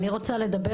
אני רוצה לומר